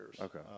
Okay